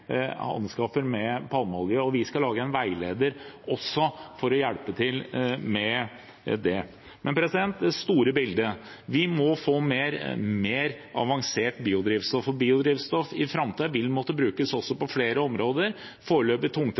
anskaffer med palmeolje. Vi skal lage en veileder for å hjelpe til med det. Men det store bildet er at vi må få mer avansert biodrivstoff. Biodrivstoff i framtiden vil også måtte brukes på flere områder – foreløpig